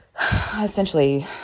essentially